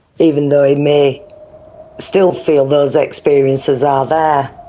even though he may still feel those experiences are there.